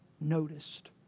noticed